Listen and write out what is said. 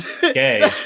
gay